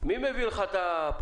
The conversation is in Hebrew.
מי מביא לך את הפרות?